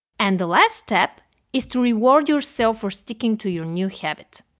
and the last step is to reward yourself for sticking to your new habit.